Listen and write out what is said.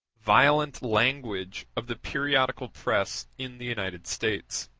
violent language of the periodical press in the united states